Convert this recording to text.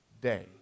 day